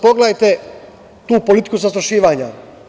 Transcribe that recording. Pogledajte tu politiku zastrašivanja.